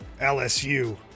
lsu